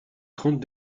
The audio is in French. trente